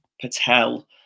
Patel